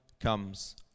comes